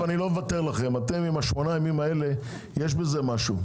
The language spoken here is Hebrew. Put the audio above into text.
אתם עם ה-8 ימים אלה, יש בזה משהו.